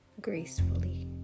gracefully